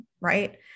right